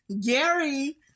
Gary